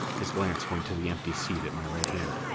his glance went to the empty seat at my right hand.